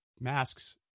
masks